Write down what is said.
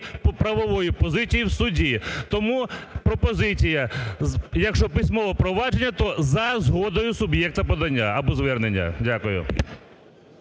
правової позиції в суді. Тому пропозиція. Якщо письмове провадження, то за згодою суб'єкта подання або звернення. Дякую.